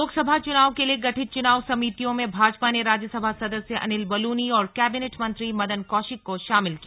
लोकसभा चुनाव के लिए गठित चुनाव समितियों में भाजपा ने राज्यसभा सदस्य अनिल बलूनी और कैबिनेट मंत्री मदन कौशिक को शामिल किया